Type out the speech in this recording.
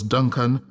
Duncan